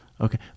Okay